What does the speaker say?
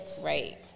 Right